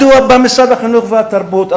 מדוע בא משרד החינוך והתרבות,